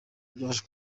byaje